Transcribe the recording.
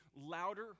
louder